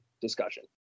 discussion